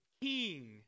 king